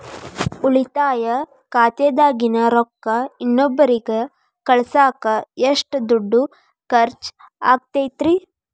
ಉಳಿತಾಯ ಖಾತೆದಾಗಿನ ರೊಕ್ಕ ಇನ್ನೊಬ್ಬರಿಗ ಕಳಸಾಕ್ ಎಷ್ಟ ದುಡ್ಡು ಖರ್ಚ ಆಗ್ತೈತ್ರಿ?